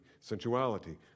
sensuality